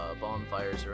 bonfires